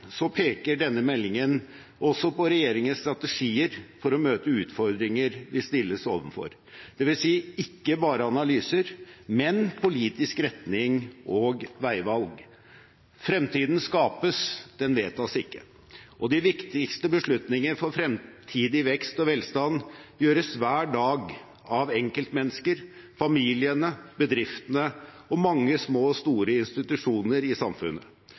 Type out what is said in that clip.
peker denne meldingen også på regjeringens strategier for å møte utfordringene vi stilles overfor, dvs. ikke bare analyser, men politisk retning og veivalg. Fremtiden skapes – den vedtas ikke, og de viktigste beslutninger for fremtidig vekst og velstand gjøres hver dag av enkeltmennesker, familiene, bedriftene og mange små og store institusjoner i samfunnet.